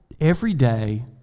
everyday